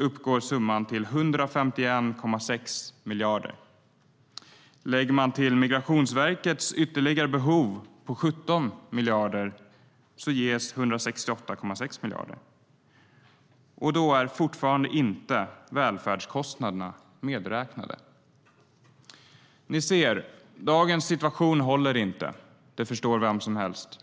uppgår summan till 151,6 miljarder. Om man lägger till Migrationsverkets ytterligare behov på 17 miljarder ges 168,6 miljarder. Och då är välfärdskostnaderna fortfarande inte medräknade. Ni ser att dagens situation inte håller. Det förstår vem som helst.